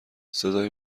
صدای